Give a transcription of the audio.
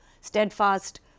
steadfast